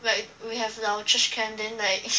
like we have in our trash can then like